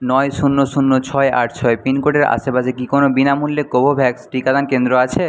নয় শূন্য শূন্য ছয় আট ছয় পিনকোডের আশেপাশে কি কোনও বিনামূল্যে কোভোভ্যাক্স টিকাদান কেন্দ্র আছে